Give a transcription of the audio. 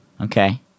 Okay